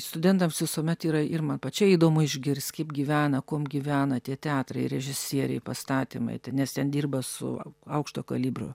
studentams visuomet yra ir man pačiai įdomu išgirst kaip gyvena kuom gyvena tie teatrai režisieriai pastatymai nes ten dirba su aukšto kalibro